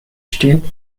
states